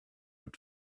not